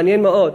מעניין מאוד: